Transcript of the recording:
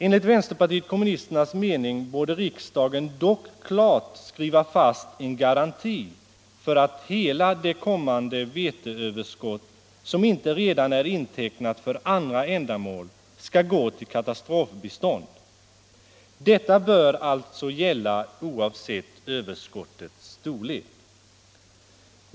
Enligt vpk:s mening borde riksdagen dock klart skriva fast en garanti för att hela det kommande veteöverskott, som inte redan är intecknat för andra ändamål, skall gå till katastrofbistånd. Detta bör alltså gälla oavsett överskottets storlek.